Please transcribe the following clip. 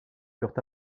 furent